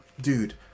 dude